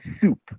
soup